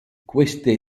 queste